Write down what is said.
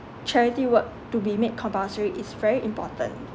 charity work to be made compulsory is very important